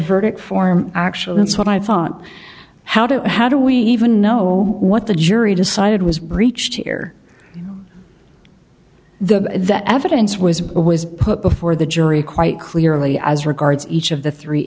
verdict form actually it's what i thought how do how do we even know what the jury decided was reached here the that evidence was put before the jury quite clearly as regards each of the three